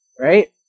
Right